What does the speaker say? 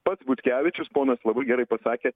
pats butkevičius ponas labai gerai pasakė